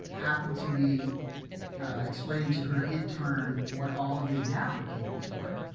happened to be explaining to her intern what all of the adapter cables were.